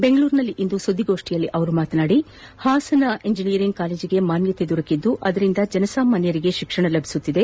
ಬೆಂಗಳೂರಿನಲ್ಲಿಂದು ಸುದ್ದಿಗೋಷ್ಠಿಯಲ್ಲಿ ಮಾತನಾಡಿದ ಅವರು ಹಾಸನದಲ್ಲಿರುವ ಇಂಜಿನಿಯರಿಗ್ ಕಾಲೇಜಿಗೆ ಮಾನ್ಯತೆ ದೊರಕಿದ್ದು ಅದರಿಂದ ಜನಸಾಮಾನ್ಯರಿಗೆ ಶಿಕ್ಷಣ ಲಭಿಸುತ್ತಿದೆ